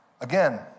again